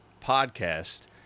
podcast